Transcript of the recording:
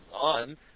on